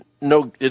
no